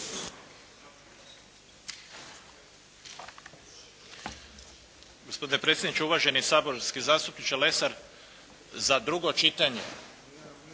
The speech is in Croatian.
Hvala.